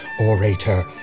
orator